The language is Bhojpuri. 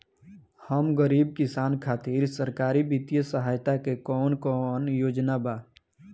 हम गरीब किसान खातिर सरकारी बितिय सहायता के कवन कवन योजना बा?